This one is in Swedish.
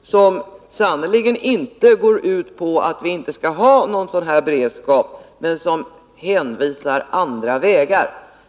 och som sannerligen inte går ut på att vi inte skall ha någon sjukvårdsberedskap i krig, men som anvisar andra vägar.